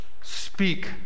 speak